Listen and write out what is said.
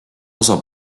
osa